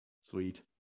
sweet